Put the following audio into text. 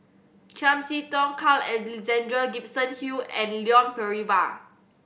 Chiam See Tong Carl Alexander Gibson Hill and Leon Perera